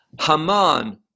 Haman